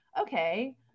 okay